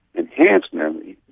enhance memory,